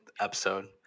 episode